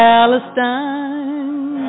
Palestine